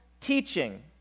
teaching